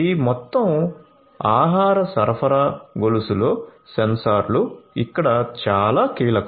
ఈ మొత్తం ఆహార సరఫరా గొలుసులో సెన్సార్లు ఇక్కడ చాలా కీలకం